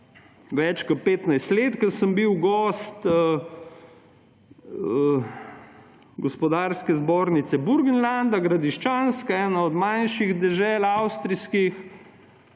Več kot 15 let, ko sem bil gost gospodarske zbornice Burgenlanda, Gradiščanske; ene od manjših delež avstrijskih,